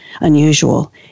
unusual